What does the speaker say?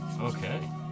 Okay